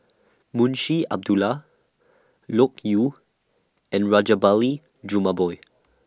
Munshi Abdullah Loke Yew and Rajabali Jumabhoy